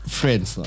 friends